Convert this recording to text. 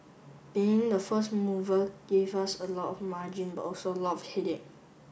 being the first mover gave us a lot of margin but also a lot headache